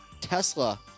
Tesla